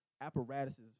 apparatuses